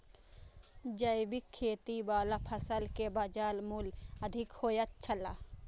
जैविक खेती वाला फसल के बाजार मूल्य अधिक होयत छला